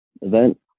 event